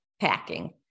packing